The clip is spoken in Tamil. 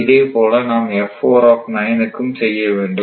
இதேபோல் நாம்இக்கும் செய்ய வேண்டும்